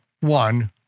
one